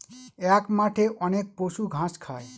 এক মাঠে অনেক পশু ঘাস খায়